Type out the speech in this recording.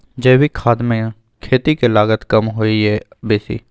जैविक खाद मे खेती के लागत कम होय ये आ बेसी?